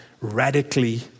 radically